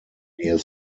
near